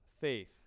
faith